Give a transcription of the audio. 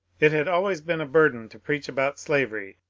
it had always been a burden to preach about slavery,